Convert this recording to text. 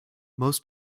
most